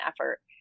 effort